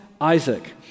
Isaac